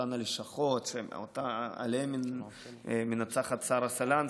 אותן הלשכות שעליהן מנצחת שרה סלנסקי,